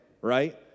right